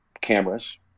cameras